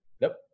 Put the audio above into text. Nope